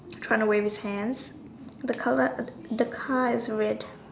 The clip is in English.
trying run away with hands the color the car is red